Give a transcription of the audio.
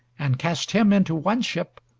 and cast him into one ship,